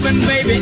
Baby